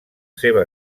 seva